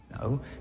No